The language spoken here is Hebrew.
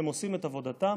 הם עושים את עבודתם,